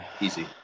easy